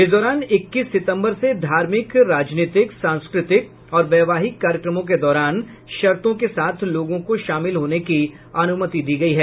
इस दौरान इक्कीस सितम्बर से धार्मिक राजनीतिक सांस्कृतिक और वैवाहिक कार्यक्रमों के दौरान शर्त के साथ लोगों को शामिल होने की अनुमति दी गयी है